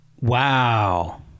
Wow